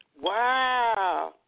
Wow